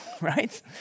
right